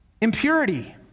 Impurity